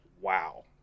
wow